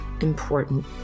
important